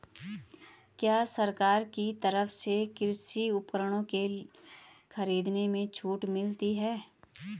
क्या सरकार की तरफ से कृषि उपकरणों के खरीदने में छूट मिलती है?